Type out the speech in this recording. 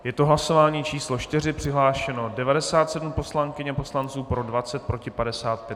Je to hlasování číslo 4. Přihlášeno 97 poslankyň a poslanců, pro 20, proti 55.